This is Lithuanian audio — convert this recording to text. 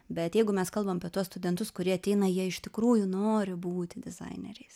bet jeigu mes kalbam apie tuos studentus kurie ateina jie iš tikrųjų nori būti dizaineriais